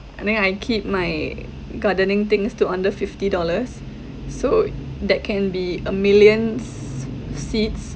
and then I keep my gardening things to under fifty dollars so that can be a million s~ seeds